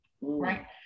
right